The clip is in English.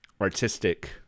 artistic